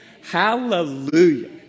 Hallelujah